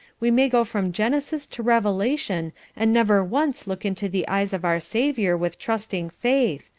we may go from genesis to revelation and never once look into the eyes of our saviour with trusting faith,